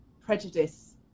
prejudice